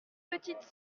petite